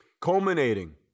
culminating